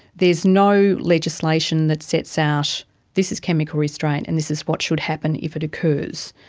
there is no legislation that sets out this is chemical restraint and this is what should happen if it occurs.